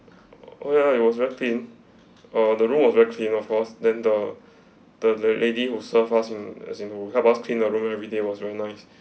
oh ya it was very clean uh the room was very clean of course than the the la~ lady who serve us and as in who helped us cleaned the room everyday was very nice